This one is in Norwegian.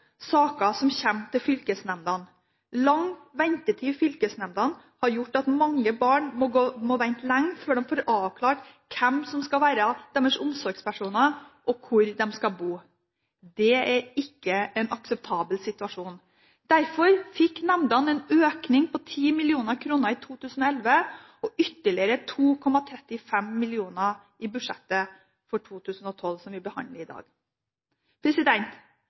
saker som kommer til fylkesnemndene. Lang ventetid i fylkesnemndene har gjort at mange barn må vente lenge før de får avklart hvem som skal være deres omsorgspersoner, og hvor de skal bo. Det er ikke en akseptabel situasjon. Derfor fikk nemndene en økning på 10 mill. kr i 2011 og ytterligere 2,35 mill. kr i budsjettet for 2012 som vi behandler i